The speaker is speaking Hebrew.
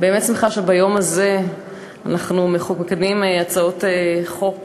אני באמת שמחה שביום הזה אנחנו מקדמים הצעות חוק